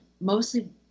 mostly